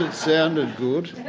sounded good! it